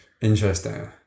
Interesting